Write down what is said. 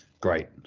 Great